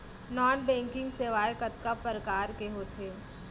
non banking सेवाएं कतका प्रकार के होथे